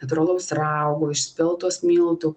natūralaus raugo iš speltos miltų